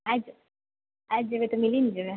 आबि जेबै आइब जेबै तऽ मिलि ने जेबै